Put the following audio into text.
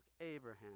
Abraham